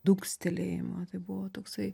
dunkstelėjimą tai buvo toksai